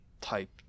type